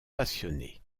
passionné